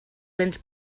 béns